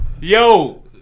Yo